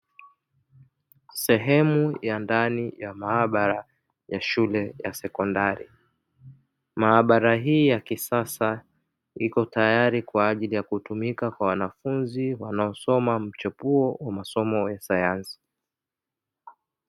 Sehemu ya ndani ya maabara ya shule ya sekondari, maabara hii ya kisasa iko tayari kwa ajii ya kutumika kwa wanafunzi wanaosoma mchepuo wa masomo ya sayansi.